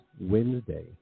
Wednesday